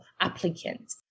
applicant